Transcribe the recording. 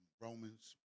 Romans